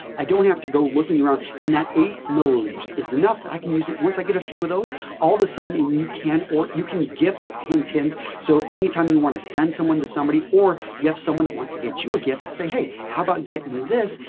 i don't have to go looking around and that eight ml is enough that i can use it. once i get a few of those all of a sudden and you can or you can gift it, hint, hint. so, anytime you want to send someone to somebody or you have someone that wants to get you a gift, say, hey, how about getting me this?